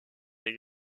des